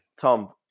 Tom